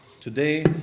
Today